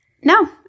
No